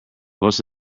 most